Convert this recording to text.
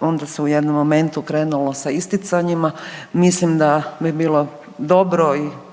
onda se u jednom momentu krenulo sa isticanjima. Mislim da bi bilo dobro i